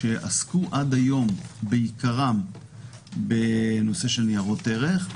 שעסקו עד היום בעיקרם בנושא של ניירות ערך,